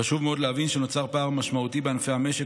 חשוב מאוד להבין שנוצר פער משמעותי בענפי המשק